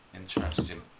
Interesting